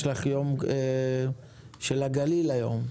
יש לך יום הגליל היום.